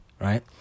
right